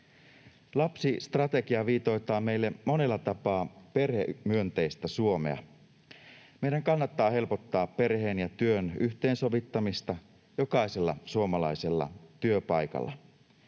Lapsistrategia viitoittaa meille monella tapaa perhemyönteistä Suomea. Meidän kannattaa helpottaa perheen ja työn yhteensovittamista jokaisella suomalaisella työpaikalla.